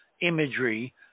Imagery